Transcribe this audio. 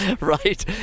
Right